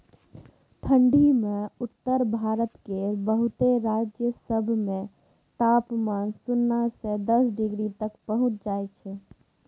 ठंढी मे उत्तर भारत केर बहुते राज्य सब मे तापमान सुन्ना से दस डिग्री तक पहुंच जाइ छै